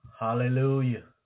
Hallelujah